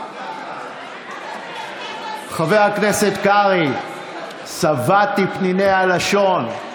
חבר הכנסת קרעי, שבעתי מפניני הלשון.